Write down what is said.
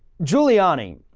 giuliani,